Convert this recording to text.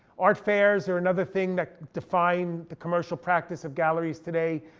art fairs are another thing that define the commercial practice of galleries today.